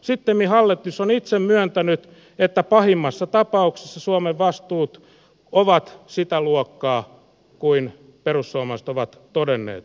sittemmin hallitus on itse myöntänyt että pahimmassa tapauksessa suomen vastuut ovat sitä luokkaa kuin perussuomalaiset ovat todenneet